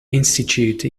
institute